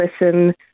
listen